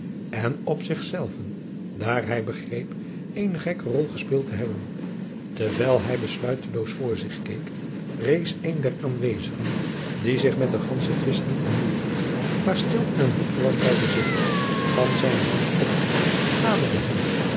en op zich zelven daar hij begreep eene gekke rol gespeeld te hebben terwijl hij besluiteloos voor zich keek rees een der aanwejacob van lennep de pleegzoon zigen die zich met den gandschen twist niet bemoeid had maar stil in een hoekje was blijven zitten van zijnen bank op naderde hem